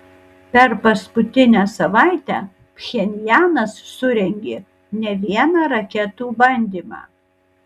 per paskutinę savaitę pchenjanas surengė ne vieną raketų bandymą